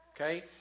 Okay